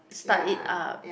start it up